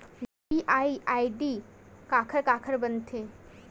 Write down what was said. UPI ID काखर काखर बनथे?